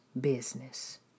business